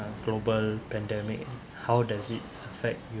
global pandemic how does it affect